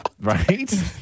Right